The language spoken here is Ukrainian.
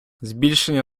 збільшення